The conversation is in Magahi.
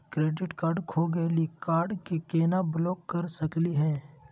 क्रेडिट कार्ड खो गैली, कार्ड क केना ब्लॉक कर सकली हे?